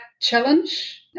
challenge